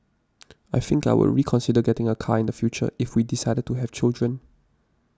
I think I would reconsider getting a car in the future if we decided to have children